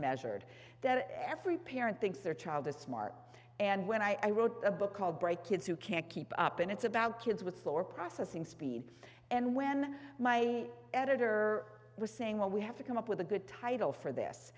measured that every parent thinks their child is smart and when i wrote a book called bright kids who can't keep up and it's about kids with floor processing speed and when my editor was saying well we have to come up with a good title for this